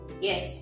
Yes